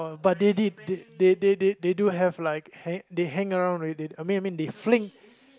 but they did they they they do have like they hang around with it I mean they fling